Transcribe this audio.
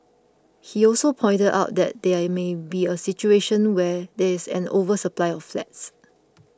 he also pointed out that there may be a situation where there is an oversupply of flats